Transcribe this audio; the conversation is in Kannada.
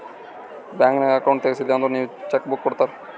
ಬ್ಯಾಂಕ್ ನಾಗ್ ಅಕೌಂಟ್ ತೆಗ್ಸಿದಿ ಅಂದುರ್ ನಿಂಗ್ ಚೆಕ್ ಬುಕ್ ಕೊಡ್ತಾರ್